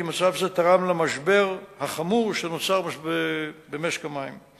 כי מצב זה תרם למשבר החמור שנוצר במשק המים.